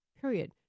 period